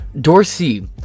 Dorsey